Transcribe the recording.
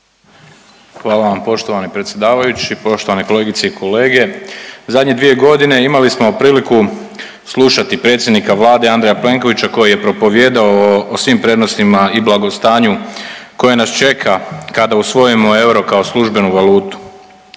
Hvala vam poštovani predsjedavajući. Poštovane kolegice i kolege. Zadnje dvije godine imali smo priliku slušati predsjednika Vlade Andreja Plenkovića koji je propovijedao o svim prednostima i blagostanju koje nas čeka kada usvojimo euro kao službenu valutu.